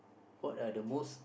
what are the most